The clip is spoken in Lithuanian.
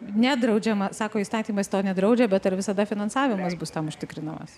nedraudžiama sako įstatymas to nedraudžia bet ar visada finansavimas bus užtikrinamas